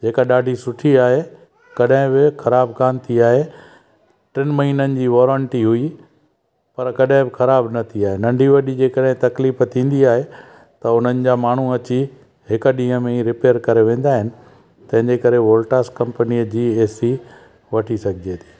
जेका ॾाढी सुठी आहे कॾहिं बि ख़राब कोन थी आहे टिनि महिननि जी वॉरंटी हुई पर कॾहिं बि ख़राब न थी आहे नंढी वॾी जेकॾहिं तकलीफ़ु थींदी आहे त उन्हनि जा माण्हू अची हिकु ॾींहुं में ई रिपेयर करे वेंदा आहिनि तंहिंजे करे वॉल्टास कंपनीअ जी एसी वठी सघिजे थी